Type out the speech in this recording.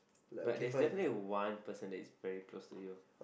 but there is definitely one person that is very close to you